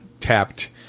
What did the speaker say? tapped